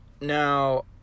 now